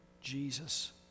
Jesus